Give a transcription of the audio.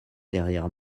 derrière